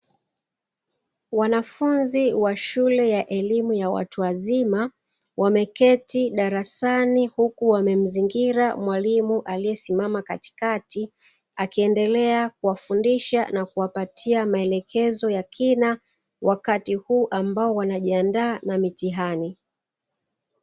Wanafunzi wa shule ya elimu ya watu wazima, wameketi darasani huku wamemzingila mwalimu aliyesimama katikati, akiendelea kuwafundisha na kuwapatia maelezo ya kina, wakati huu ambao wanajiaandaa na mitihani.